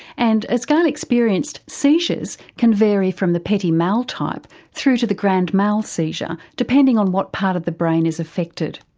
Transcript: and as gail experienced, seizures can vary from the petit mal type through to the grand mal seizure depending on what part of the brain is affected.